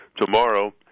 tomorrow